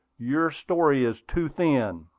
your story is too thin.